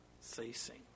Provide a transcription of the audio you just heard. ceasing